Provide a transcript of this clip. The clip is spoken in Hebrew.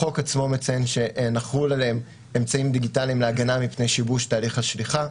החוק עצמו מציין שנחיל אמצעים דיגיטליים להגנה מפני שיבוש תהליך השליחה.